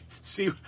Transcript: see